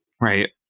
right